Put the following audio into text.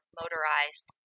motorized